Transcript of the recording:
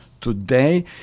today